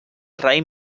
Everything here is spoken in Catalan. raïm